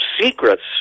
secrets